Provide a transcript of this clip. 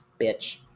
Bitch